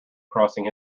crossing